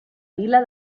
vila